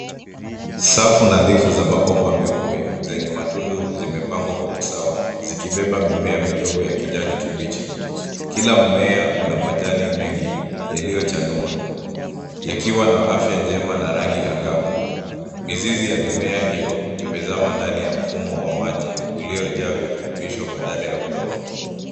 Safu nafhifu za mabomba meupe zenye matundu zimepangwa kwa usawa zikibeba mimea midogo ya kijani kibichi. Kila mmea una majani mengi yaliyochanua yakiwa na afya njema na rangi angavu. Mizizi ya mimea hiyo imezama ndani ya mfumo wa maji uliojaa virutubisho badala ya udongo.